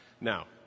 Now